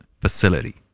facility